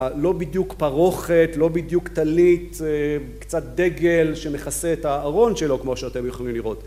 לא בדיוק פרוכת, לא בדיוק טלית, קצת דגל שמכסה את הארון שלו כמו שאתם יכולים לראות